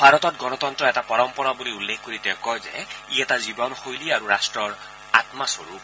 ভাৰতত গণতন্ত্ৰ এটা পৰম্পৰা বুলি উল্লেখ কৰি তেওঁ কয় যে ই এটা জীৱনশৈলী আৰু ৰাট্টৰ আয়া স্বৰূপ